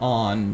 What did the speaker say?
on